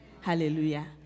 Hallelujah